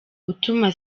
utuma